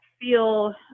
feel